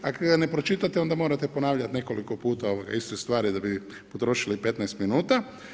A kada ga ne pročitate onda morate ponavljati nekoliko puta iste stvari da bi potrošili 15 minuta.